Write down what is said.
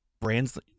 brands